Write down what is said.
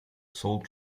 salt